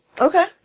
Okay